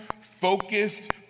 focused